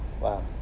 Wow